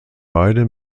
beide